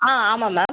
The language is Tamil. ஆ ஆமாம் மேம்